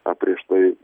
a prieš tai